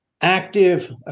active